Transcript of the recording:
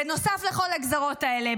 בנוסף לכל הגזרות האלה,